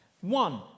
one